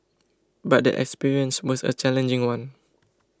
but the experience was a challenging one